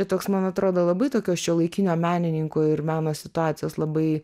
toks man atrodo labai tokio šiuolaikinio menininko ir meno situacijos labai